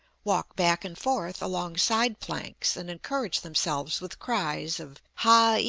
walk back and forth along side-planks and encourage themselves with cries of ha-i,